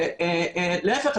להיפך,